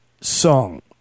song